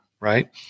Right